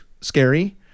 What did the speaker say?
scary